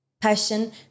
passion